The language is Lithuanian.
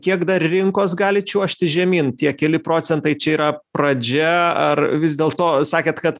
kiek dar rinkos gali čiuožti žemyn tie keli procentai čia yra pradžia ar vis dėlto sakėt kad